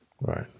Right